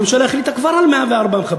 הממשלה כבר החליטה על 104 מחבלים.